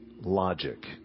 logic